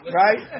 right